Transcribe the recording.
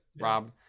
Rob